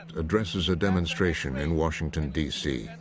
addresses a demonstration in washington, dc.